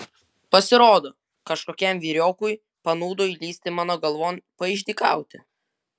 pasirodo kažkokiam vyriokui panūdo įlįsti mano galvon paišdykauti